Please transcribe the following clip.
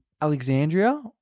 Alexandria